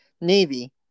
navy